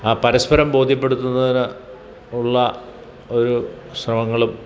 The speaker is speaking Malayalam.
ആ പരസ്പരം ബോധ്യപ്പെടുത്തുന്നതിന് ഉള്ള ഒരു ശ്രമങ്ങളും